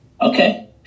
Okay